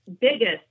biggest